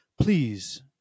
Please